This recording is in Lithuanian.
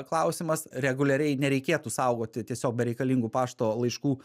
klausimas reguliariai nereikėtų saugoti tiesiog bereikalingų pašto laiškų